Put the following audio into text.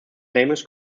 famous